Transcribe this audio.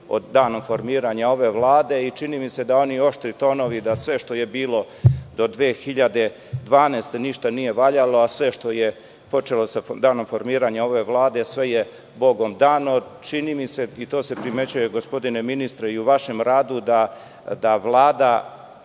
danom formiranja ove vlade i čini mi se da oni oštri tonovi da sve što je bilo do 2012. godine ništa nije valjalo,a sve što je počelo sa danom formiranja ove vlade, sve je Bogom dano. Čini mi se, i to se primećuje gospodine ministre i u vašem radu, da Vlada,